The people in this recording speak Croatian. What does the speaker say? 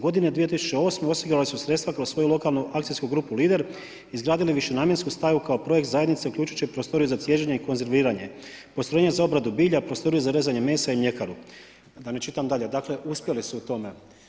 Godine 2008. osigurali su sredstva kroz svoju lokalnu akcijsku grupu Lider i izgradili višenamjensku staju kao projekt zajednici uključujući prostoriju za cijeđenje i konzerviranje, postrojenje za obradu bilja, prostoriju za rezanje mesa i mljekaru, da ne čitam dalje, dakle uspjeli su u tome.